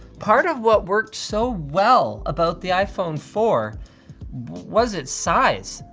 part of what worked so well about the iphone four was its size,